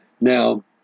Now